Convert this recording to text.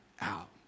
out